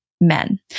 men